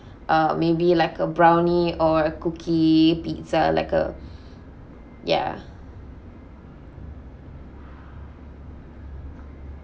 uh maybe like a brownie or cookie pizza like a ya